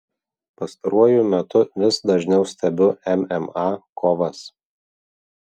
pastaruoju metu vis dažniau stebiu mma kovas